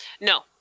No